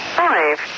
five